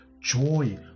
joy